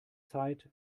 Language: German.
zeit